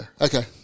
Okay